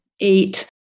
eight